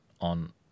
on